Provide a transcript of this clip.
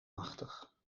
machtig